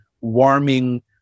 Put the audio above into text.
warming